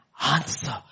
answer